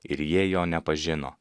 ir jie jo nepažino